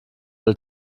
alle